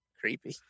Creepy